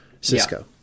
Cisco